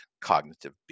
cognitive